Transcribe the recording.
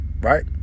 right